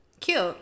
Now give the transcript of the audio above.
cute